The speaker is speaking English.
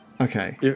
Okay